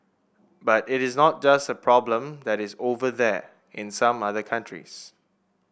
but it is not just a problem that is over there in some other countries